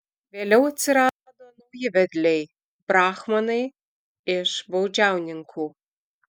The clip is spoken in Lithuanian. vėliau atsirado nauji vedliai brahmanai iš baudžiauninkų